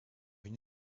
une